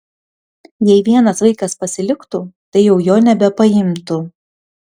jei vienas vaikas pasiliktų tai jau jo nebepaimtų